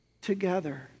together